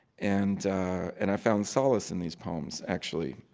and and i found solace in these poems, actually.